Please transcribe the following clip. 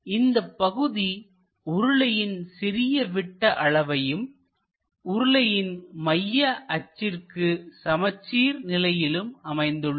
இந்தப் பகுதி உருளையின் சிறிய விட்ட அளவையும்உருளையின் மைய அச்சிற்கு சமச்சீர் நிலையிலும் அமைந்துள்ளது